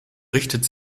richtet